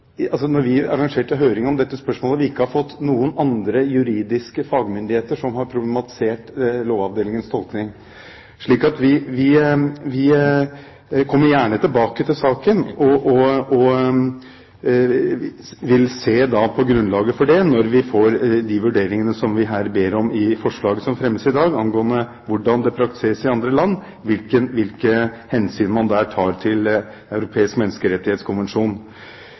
Vi arrangerte høring om dette spørsmålet, og vi har ikke hørt noen andre juridiske fagmyndigheter som har problematisert Lovavdelingens tolkning. Vi kommer gjerne tilbake til saken, og vil se på grunnlaget for det når vi får de vurderingene som vi her ber om i forslaget som fremmes i dag, angående hvordan det praktiseres i andre land, hvilke hensyn man der tar til